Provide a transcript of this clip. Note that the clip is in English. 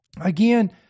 again